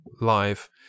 live